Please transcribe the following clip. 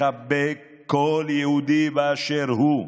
לחבק כל יהודי באשר הוא.